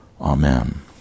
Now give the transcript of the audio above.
Amen